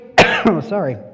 sorry